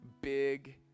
big